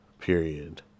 Period